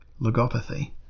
logopathy